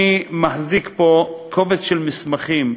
אני מחזיק פה קובץ של מסמכים.